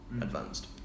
advanced